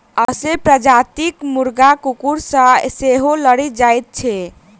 असील प्रजातिक मुर्गा कुकुर सॅ सेहो लड़ि जाइत छै